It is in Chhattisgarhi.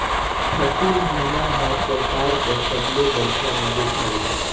फसिल बीमा हर सरकार कर सबले बड़खा मदेत हवे